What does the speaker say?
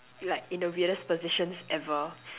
like in the weirdest positions ever